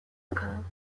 occur